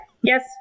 Yes